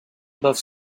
above